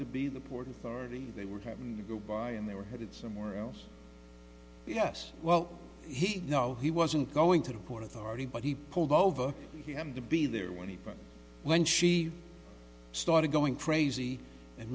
to be the port authority they were having to go by and they were headed somewhere else yes well he no he wasn't going to port authority but he pulled over he had to be there when he when she started going crazy and